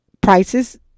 prices